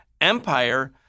empire